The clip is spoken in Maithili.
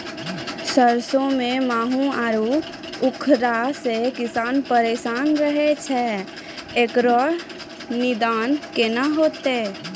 सरसों मे माहू आरु उखरा से किसान परेशान रहैय छैय, इकरो निदान केना होते?